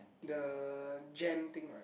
the jam thing right